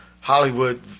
Hollywood